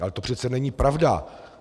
Ale to přece není pravda.